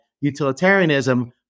utilitarianism